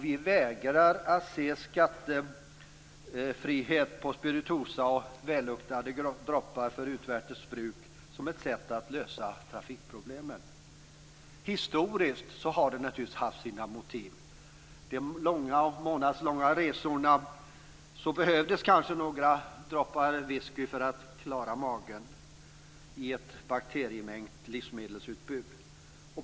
Vi vägrar att se skattefrihet på spirituosa och välluktande droppar för utvärtes bruk som ett sätt att lösa trafikproblemen. Historiskt har detta naturligtvis haft sina motiv. Under månadslånga resor behövdes kanske några droppar whisky för att klara magen i ett bakteriebemängt livsmedelsutbud.